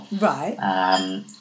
right